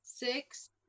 Six